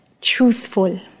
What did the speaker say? truthful